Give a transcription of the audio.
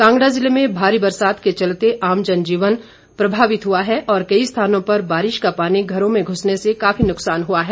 कांगड़ा जिले में भारी बरसात के चलते आम जनजीवन प्रभावित हुआ है और कई स्थानों पर बारिश का पानी घरों में घूसने से काफी नुकसान हुआ है